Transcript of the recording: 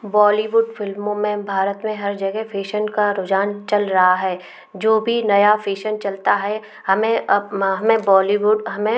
बॉलीवुड फिल्मों में भारत में हर जगह फेशन का रुझान चल रहा है जो भी नया फेशन चलता है हमें हमें बॉलीवुड हमें